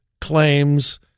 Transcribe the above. claims